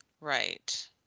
right